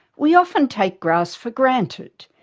we often take grass for granted.